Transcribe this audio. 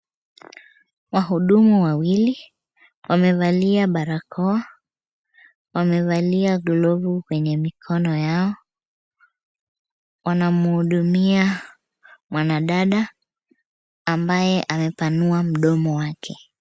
Wahudumu wawili wamevalia barakoa, wamevalia glovu kwenye mikono yao, wanamhudumia mwanadada ambaye amepanua mdomo wake.